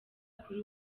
kuri